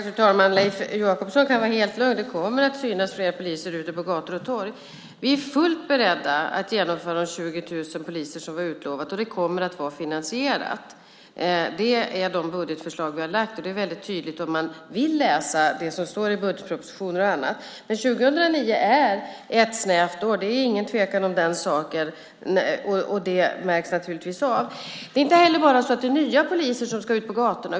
Fru talman! Leif Jakobsson kan vara helt lugn. Det kommer att synas fler poliser ute på gator och torg. Vi är fullt beredda att genomföra att de 20 000 poliserna kommer som vi har utlovat, och det kommer att vara finansierat. Det är de budgetförslag vi har lagt fram. Det är tydligt om man vill läsa det som står budgetpropositioner och annat. Men 2009 är ett snävt år; det råder ingen tvekan om den saken. Det märks naturligtvis. Det är inte bara nya poliser som ska ut på gatorna.